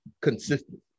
Consistent